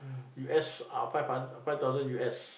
U_S uh five thousand U_S